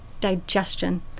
digestion